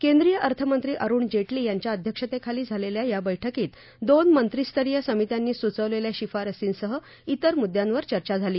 केंद्रीय अर्थमंत्री अरुण जेटली यांच्या अध्यक्षेखाली झालेल्या या बैठकीत दोन मंत्रीस्तरीय संमित्यांनी सुचवलेल्या शिफारशींसह त्रेर विविध मुद्द्यांवर चर्चा झाली